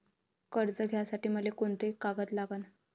कर्ज घ्यासाठी मले कोंते कागद लागन?